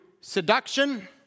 seduction